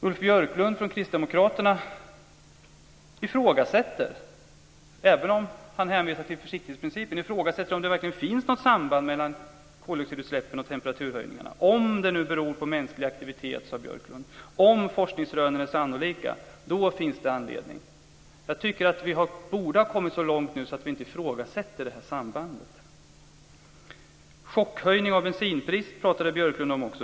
Ulf Björklund från Kristdemokraterna ifrågasätter, även om han hänvisar till försiktighetsprincipen, om det verkligen finns något samband mellan koldioxidutsläppen och temperaturhöjningarna. Om det beror på mänsklig aktivitet, sade Ulf Björklund, om forskningsrönen är sannolika, då kan det finnas ett samband. Jag tycker att vi borde ha kommit så långt att vi inte ifrågasätter sambandet. Björklund om.